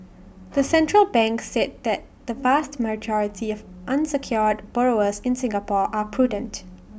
the central bank said that the vast majority of unsecured borrowers in Singapore are prudent